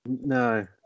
No